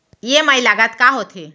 EMI लागत का होथे?